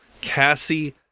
Cassie